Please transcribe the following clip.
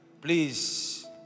please